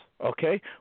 okay